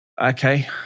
Okay